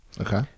Okay